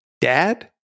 dad